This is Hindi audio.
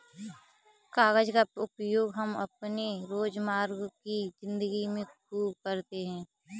कागज का उपयोग हम अपने रोजमर्रा की जिंदगी में खूब करते हैं